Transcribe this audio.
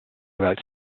about